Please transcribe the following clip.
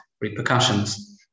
repercussions